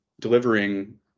delivering